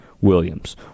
Williams